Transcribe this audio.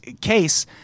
case